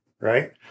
right